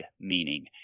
meaning